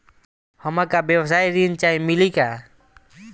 हमका व्यवसाय ऋण चाही मिली का?